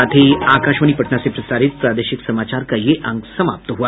इसके साथ ही आकाशवाणी पटना से प्रसारित प्रादेशिक समाचार का ये अंक समाप्त हुआ